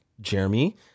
Jeremy